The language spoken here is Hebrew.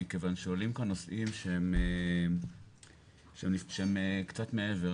מכיוון שעולים כאן נושאים שהם קצת מעבר.